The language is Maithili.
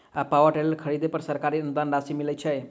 पावर टेलर खरीदे पर सरकारी अनुदान राशि मिलय छैय?